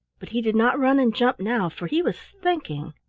but he did not run and jump now, for he was thinking.